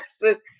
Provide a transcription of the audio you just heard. person